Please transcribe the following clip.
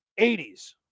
80s